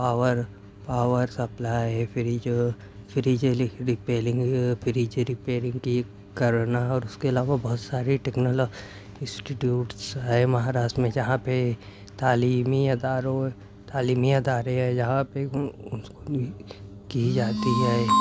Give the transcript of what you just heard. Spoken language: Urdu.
power power supply fridge fridge fridge repairing کی کرنا اور اس کے علاوہ بہت ساری ٹیکنالا انسٹیٹیوٹس ہے مہاراشٹر میں جہاں پہ تعلیمی اداروں تعلیمی ادارے ہے جہاں پہ کی جاتی ہے